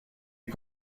più